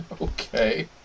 Okay